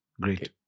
great